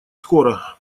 скоро